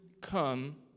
come